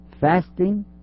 Fasting